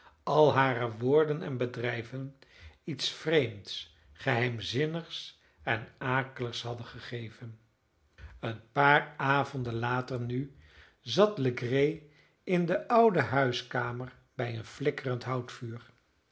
al hare woorden en bedrijven iets vreemds geheimzinnigs en akeligs hadden gegeven een paar avonden later nu zat legree in de oude huiskamer bij een flikkerend